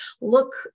look